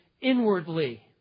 inwardly